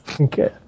Okay